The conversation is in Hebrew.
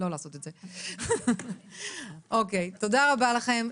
תודה רבה לכם.